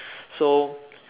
so